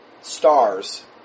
stars